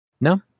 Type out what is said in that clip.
No